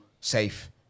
safe